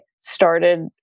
started